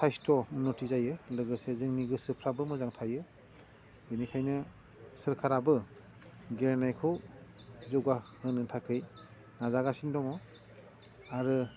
साइसथ' उन्नति जायो लोगोसे जोंनि गोसोफ्राबो मोजां थायो बिनिखायनो सोरखाराबो गेलेनायखौ जौगाहोनो थाखाय नाजागासिनो दङ आरो